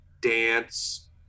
dance